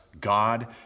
God